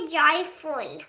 joyful